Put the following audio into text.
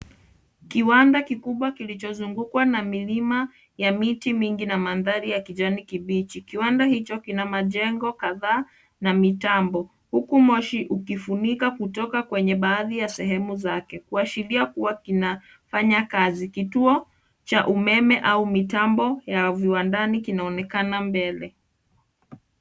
Kiwanda kikubwa kilichozungukwa na milima ya miti mingi na mandhari ya kijani kibichi. Kiwanda hicho kina majeengo kadhaa na mitambo huku mosho ukifunika kutoka kwenye baadhi ya sehemu zake kuashiria kuwa kinafanya kazi. Kituo cha umeme au mitambo ya wavua ndani kinaonekana mbele.